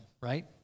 right